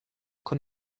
con